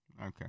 Okay